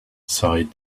sighed